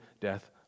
death